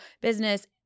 business